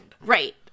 Right